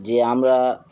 যে আমরা